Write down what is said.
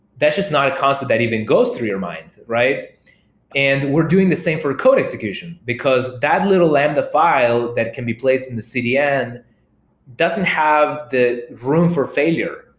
that's just not a concept that even goes through your mind. we're and we're doing the same for code execution, because that little lambda file that can be placed in the cdn doesn't have the room for failure.